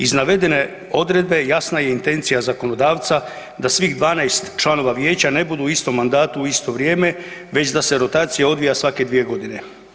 Iz navedene odredbe jasna je intencija zakonodavca da svih 12 članova vijeća ne budu u istom mandatu u isto vrijeme već da se rotacija odvija svake 2 godine.